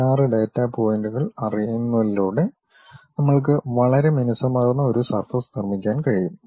16 data പോയിന്റുകൾ അറിയുന്നതിലൂടെ നമ്മൾക്ക് വളരെ മിനുസമാർന്ന ഒരു സർഫസ് നിർമ്മിക്കാൻ കഴിയും